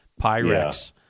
Pyrex